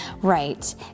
Right